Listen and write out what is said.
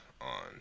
on